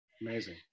Amazing